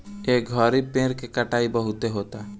ए घड़ी पेड़ के कटाई बहुते होता